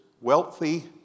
wealthy